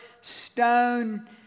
stone